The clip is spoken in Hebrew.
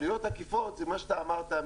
עלויות עקיפות זה מה שאתה אמרת,